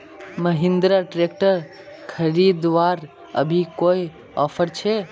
Mahindra tractor खरीदवार अभी कोई ऑफर छे?